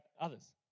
Others